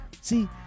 See